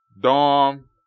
dorm